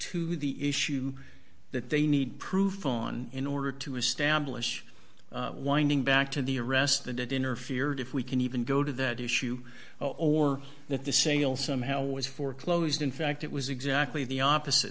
to the issue that they need proof on in order to establish winding back to the arrest that it interfered if we can even go to that issue or that the single somehow was foreclosed in fact it was exactly the opposite